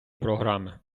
програми